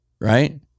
right